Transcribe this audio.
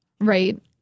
right